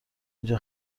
اینجا